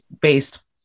based